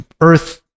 earth